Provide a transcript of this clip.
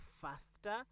faster